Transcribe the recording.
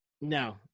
No